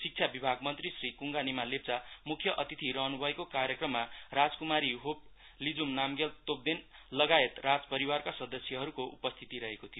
शिक्षा विभाग मन्त्री श्री कुङगा निमा लेप्चा मुख्य अतिथि रहनुभएको कार्यक्रममा राजकुमारी होप लिजुम नामग्याल तोपदेन लगायत राजपरिवारका सदस्यहरुको उपस्थिति थियो